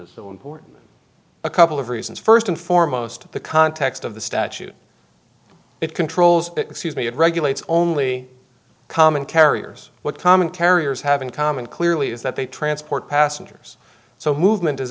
the important a couple of reasons first and foremost the context of the statute it controls excuse me it regulates only common carriers what common carriers have in common clearly is that they transport passengers so movement is